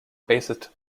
bassist